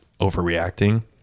overreacting